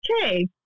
Okay